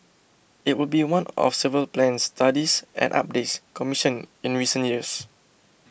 it would be one of several plans studies and updates commissioned in recent years